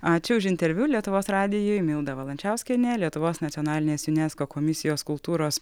ačiū už interviu lietuvos radijui milda valančiauskienė lietuvos nacionalinės junesko komisijos kultūros